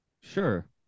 Sure